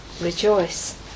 rejoice